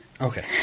Okay